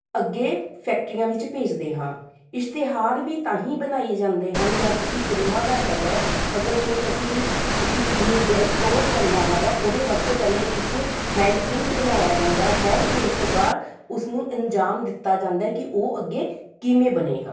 ਅੱਗੇ ਫੈਕਟਰੀਆਂ ਵਿੱਚ ਭੇਜਦੇ ਹਾਂ ਇਸ਼ਤਿਹਾਰ ਵੀ ਤਾਂ ਹੀ ਬਣਾਏ ਜਾਂਦੇ ਹਨ ਜਾਂ ਕਿਸੇ ਫਿਲਮਾਂ ਦਾ ਹੈਗਾ ਹੈ ਅਗਰ ਕੋਈ ਅਸੀਂ ਕਿਸੇ ਚੀਜ਼ ਨੂੰ ਡੇਕੋਡ ਕਰਨਾ ਹੈਗਾ ਉਹਦੇ ਵਾਸਤੇ ਪਹਿਲੇ ਇੱਕ ਹੈਂਡ ਪ੍ਰਿੰਟ ਬਣਾਇਆ ਜਾਂਦਾ ਹੈ ਹੈਂਡ ਪ੍ਰਿੰਟ ਤੋਂ ਬਾਅਦ ਉਸ ਨੂੰ ਅੰਜਾਮ ਦਿੱਤਾ ਜਾਂਦਾ ਏ ਕਿ ਉਹ ਅੱਗੇ ਕਿਵੇਂ ਬਣੇਗਾ